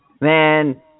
Man